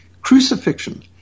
crucifixion